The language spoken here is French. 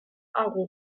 arreau